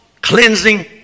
cleansing